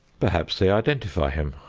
perhaps they identify him,